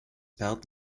bert